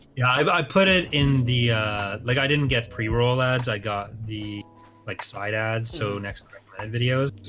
yeah, i put it in the like i didn't get pre-roll ads i got the like side ads so next videos.